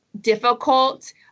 difficult